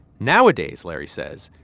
nowadays, larry says,